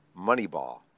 Moneyball